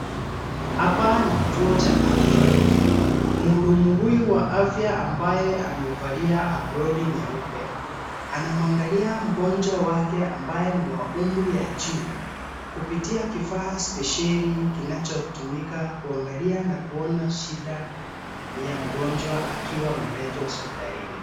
Hapa ni kituo cha afya. Mhudumu huyu wa afya ambaye amevalia aproni nyeupe, anamwangalia mgonjwa wake ambaye ni wa umri ya juu, kupitia kifaa spesheli kinachotumika kuangalia na kuona shida ya mgonjwa akiwa ameletwa hospitalini.